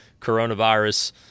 coronavirus